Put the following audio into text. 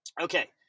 Okay